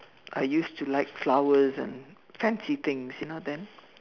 I used to like flowers and fancy things you know then